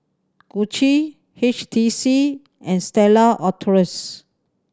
Gucci H T C and Stella Artois